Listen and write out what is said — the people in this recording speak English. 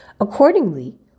Accordingly